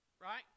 right